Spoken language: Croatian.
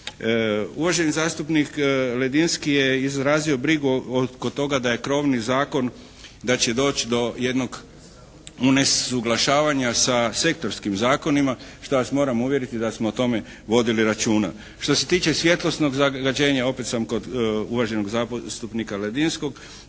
Uvaženi zastupnik Ledinski je izrazio brigu oko toga da je krovni zakon, da će doći do jednog unesuglašavanja sa sektorskim zakonima šta vas moram uvjeriti da smo o tome vodili računa. Što se tiče svjetlosnog zagađenja opet sam kod uvaženog zastupnika Ledinskog.